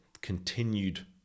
Continued